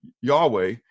Yahweh